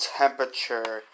temperature